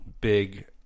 big